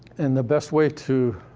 and the best way to,